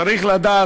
צריך לדעת,